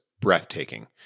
breathtaking